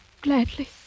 gladly